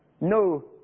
no